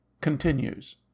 continues